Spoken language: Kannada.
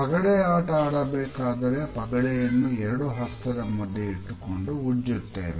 ಪಗಡೆ ಆಟ ಆಡಬೇಕಾದರೆ ಪಗಡೆ ಯನ್ನು ಎರಡು ಹಸ್ತದ ಮಧ್ಯೆ ಇಟ್ಟುಕೊಂಡು ಉಜ್ಜುತ್ತೇವೆ